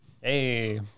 Hey